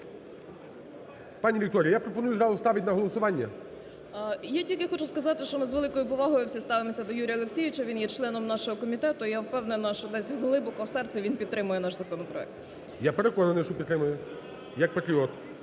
Я переконаний, що підтримує як патріот.